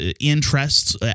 interests